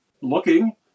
looking